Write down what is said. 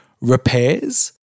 repairs